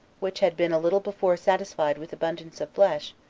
which had been a little before satisfied with abundance of flesh,